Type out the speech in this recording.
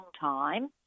time